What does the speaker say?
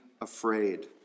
afraid